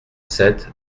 sept